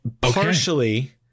Partially